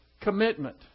commitment